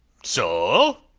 so?